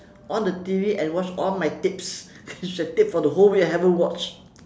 on the T_V and watch all my tips the tip for the whole week I haven't watch